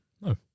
No